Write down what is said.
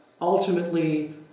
ultimately